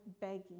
begging